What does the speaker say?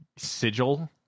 sigil